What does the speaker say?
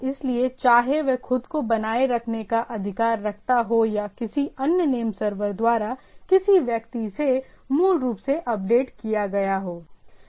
इसलिए चाहे वह खुद को बनाए रखने का अधिकार रखता हो या किसी अन्य नेम सर्वर द्वारा किसी व्यक्ति से मूल रूप से अपडेट किया गया हो